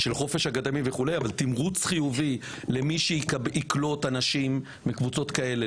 תמריץ חיובי למי שיקלוט אנשים מקבוצות כאלו,